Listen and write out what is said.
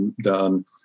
done